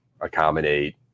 accommodate